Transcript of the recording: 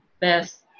best